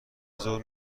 ظهر